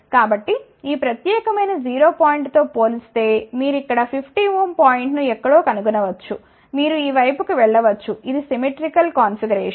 కాబట్టి ఈ ప్రత్యేకమైన 0 పాయింట్తో పోలిస్తే మీరు ఇక్కడ 50 ఓం పాయింట్ను ఎక్కడో కనుగొనవచ్చు మీరు ఈ వైపుకు వెళ్ళ వచ్చు ఇది సిమెట్రికల్ కన్ఫిగరేషన్